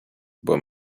but